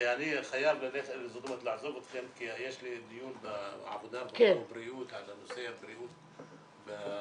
ואני חייב לעזוב אתכם כי יש לי דיון בעבודה --- על נושא הבריאות בנגב